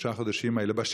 בשלושת החודשים האלה,